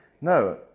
No